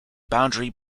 boundary